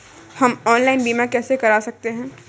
हम ऑनलाइन बीमा कैसे कर सकते हैं?